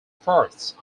forests